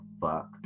fuck